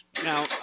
Now